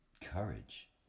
courage